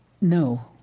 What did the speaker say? No